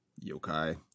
yokai